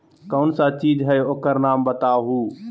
कौन सा चीज है ओकर नाम बताऊ?